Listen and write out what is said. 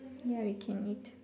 ya we can eat